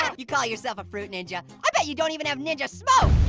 yeah you call yourself a fruit ninja. i bet you don't even have ninja smoke.